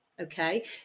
okay